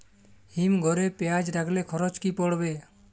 হিম ঘরে পেঁয়াজ রাখলে খরচ কি পড়বে?